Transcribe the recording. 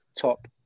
top